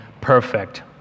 perfect